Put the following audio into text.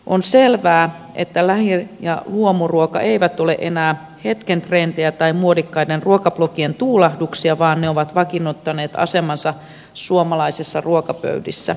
on selvää että lähi ja luomuruoka eivät ole enää hetken trendiä tai muodikkaiden ruokablogien tuulahduksia vaan ne ovat vakiinnuttaneet asemansa suomalaisissa ruokapöydissä